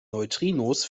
neutrinos